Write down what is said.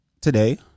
today